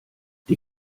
die